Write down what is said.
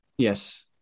Yes